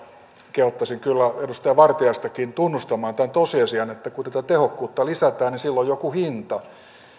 kehottaisin kyllä edustaja vartiaistakin tunnustamaan tämän tosiasian että kun tätä tehokkuutta lisätään sillä on joku hinta